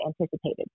anticipated